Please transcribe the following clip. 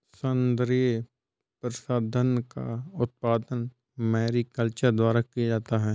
सौन्दर्य प्रसाधन का उत्पादन मैरीकल्चर द्वारा किया जाता है